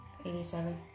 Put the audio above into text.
87